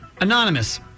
Anonymous